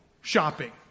shopping